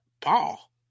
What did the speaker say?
Paul